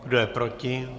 Kdo je proti?